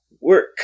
work